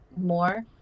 more